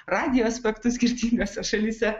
radijo aspektus skirtingose šalyse